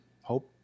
hope